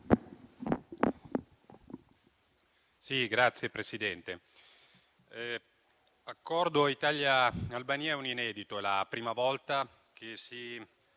Signor Presidente, l'accordo Italia-Albania è un inedito: è la prima volta che si